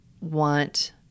want